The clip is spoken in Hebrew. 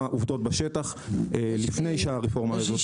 עובדות בשטח לפני שהרפורמה הזאת נכנסת.